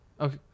Okay